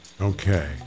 Okay